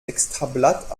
extrablatt